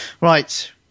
Right